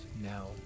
no